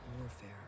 warfare